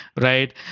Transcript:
right